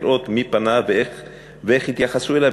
לראות מי פנה ואיך התייחסו אליו,